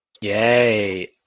Yay